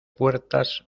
puertas